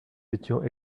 étions